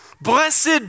Blessed